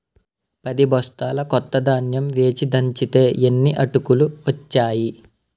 పదిబొస్తాల కొత్త ధాన్యం వేచి దంచితే యిన్ని అటుకులు ఒచ్చేయి